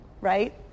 right